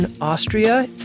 Austria